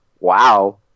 Wow